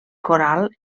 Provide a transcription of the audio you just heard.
coral